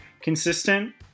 consistent